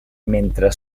mentre